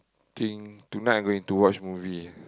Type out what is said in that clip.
think tonight I going to watch movie ah